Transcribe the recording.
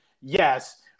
yes